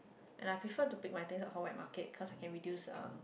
and I prefer to pick my things up from wet market cause I can reduce um